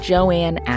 Joanne